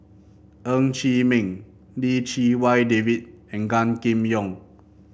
Ng Chee Meng Lim Chee Wai David and Gan Kim Yong